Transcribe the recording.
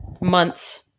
months